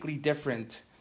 different